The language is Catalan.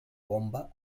bomba